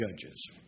Judges